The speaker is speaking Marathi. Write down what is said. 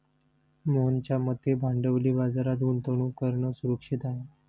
मोहनच्या मते भांडवली बाजारात गुंतवणूक करणं सुरक्षित आहे